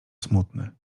smutny